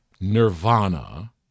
nirvana